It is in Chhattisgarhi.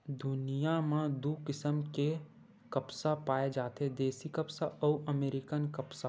दुनिया म दू किसम के कपसा पाए जाथे देसी कपसा अउ अमेरिकन कपसा